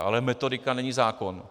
Ale metodika není zákon.